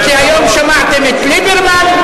כי היום שמעתם את ליברמן,